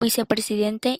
vicepresidente